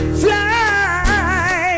fly